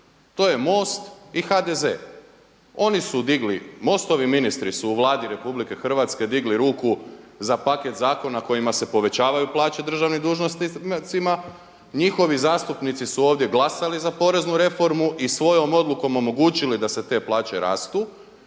oni su digli MOST-ovi ministri su u Vladi RH digli ruku za paket zakona kojima se povećavaju plaće državnim dužnicima, njihovi zastupnici su ovdje glasali za poreznu reformu i svojom odlukom omogućili da se te plaće rastu,